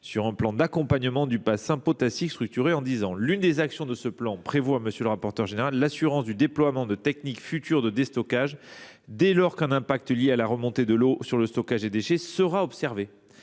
sur un plan d’accompagnement du bassin potassique structuré sur dix ans. L’une des actions de ce plan prévoit l’assurance du déploiement de techniques futures de déstockage, dès lors qu’un impact lié à la remontée de l’eau sur le stockage des déchets sera observé,